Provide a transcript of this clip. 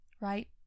Right